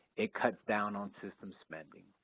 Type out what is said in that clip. it cuts down on system spending